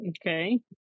Okay